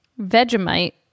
Vegemite